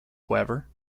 however